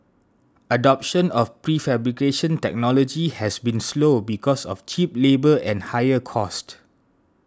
adoption of prefabrication technology has been slow because of cheap labour and higher cost